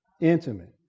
intimate